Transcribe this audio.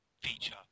feature